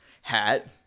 hat